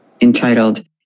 entitled